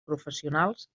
professionals